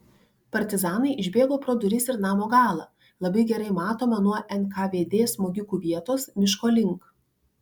partizanai išbėgo pro duris ir namo galą labai gerai matomą nuo nkvd smogikų vietos miško link